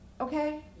Okay